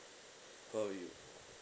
call you